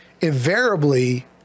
Invariably